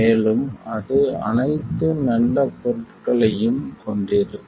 மேலும் அது அனைத்து நல்ல பொருட்களையும் கொண்டிருக்கும்